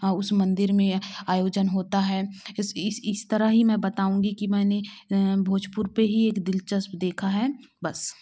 हाँ उस मंदिर में आयोजन होता है इस इस इस तरह ही मैं बताऊंगी कि मैंने भोजपुर पे ही एक दिलचस्प देखा है बस